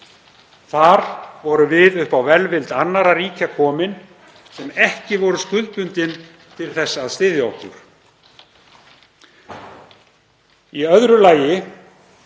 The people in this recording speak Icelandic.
Þar vorum við upp á velvild annarra ríkja komin sem ekki voru skuldbundin til að styðja okkur. Í öðru lagi